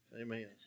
Amen